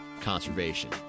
conservation